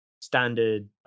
Standard